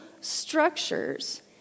structures